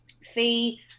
fee